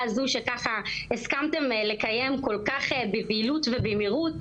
הזו וזה שהסכמתם לקיים בבהילות ובמהירות,